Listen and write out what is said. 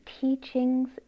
teachings